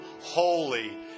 holy